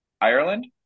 Ireland